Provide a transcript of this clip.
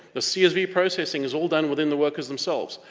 the csv processing is all done within the workers themselves.